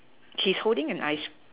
he's holding an ice